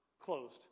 closed